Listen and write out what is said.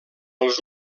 els